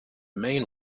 main